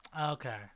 Okay